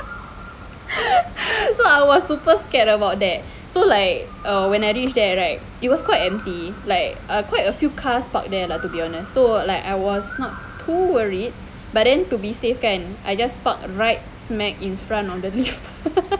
so I was super scared about that so like err when I reach there right it was quite empty like quite a few cars parked there lah to be honest so like I was not too worried but then to be safe kan I just parked right smack in front of the lift